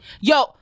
Yo